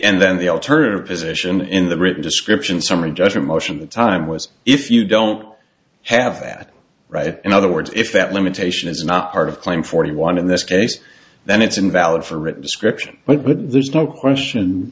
and then the alternative position in the written description summary judgment motion the time was if you don't have that right in other words if that limitation is not part of claim forty one in this case then it's invalid for written description but there's no question